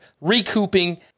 recouping